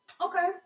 Okay